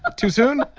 too soon?